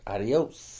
Adios